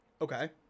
Okay